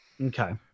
okay